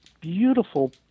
beautiful